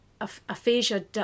aphasia